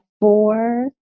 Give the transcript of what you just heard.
four